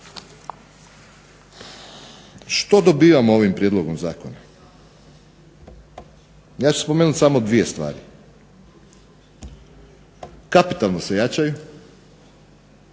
Što dobivamo ovim prijedlogom zakona? Ja ću spomenuti samo dvije stvari. Kapitalno se jačaju,